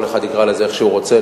או כל אחד יקרא לזה איך שהוא רוצה,